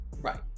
right